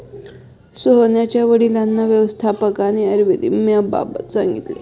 सोहनच्या वडिलांना व्यवस्थापकाने आयुर्विम्याबाबत सांगितले